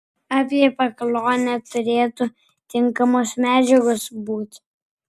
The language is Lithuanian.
apie pakluonę turėtų tinkamos medžiagos būti